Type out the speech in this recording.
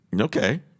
Okay